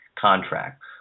contract